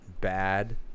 bad